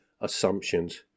assumptions